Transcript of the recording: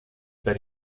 per